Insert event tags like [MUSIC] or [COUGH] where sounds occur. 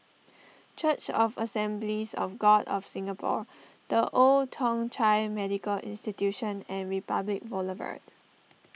[NOISE] Church of Assemblies of God of Singapore the Old Thong Chai Medical Institution and Republic Boulevard